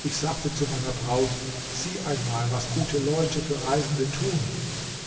ich sagte zu meiner braut sieh einmal was gute leute für reisende tun